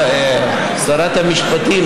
שרת המשפטים,